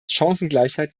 chancengleichheit